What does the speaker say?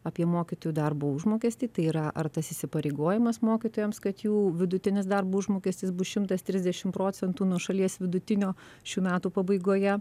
apie mokytojų darbo užmokestį tai yra ar tas įsipareigojimas mokytojams kad jų vidutinis darbo užmokestis bus šimtas trisdešim procentų nuo šalies vidutinio šių metų pabaigoje